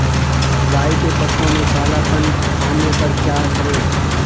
राई के पत्तों में काला पन आने पर क्या करें?